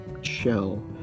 shell